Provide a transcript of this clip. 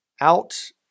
out